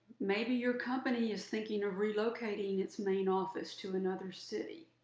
maybe your company is thinking of relocating its main office to another city.